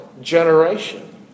generation